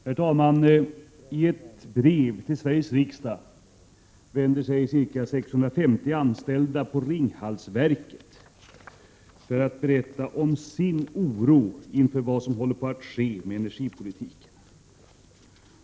Herr talman! 650 anställda på Ringhalsverket vänder sig i ett brev till Sveriges riksdag för att berätta om sin oro inför vad som håller på att ske med energipolitiken.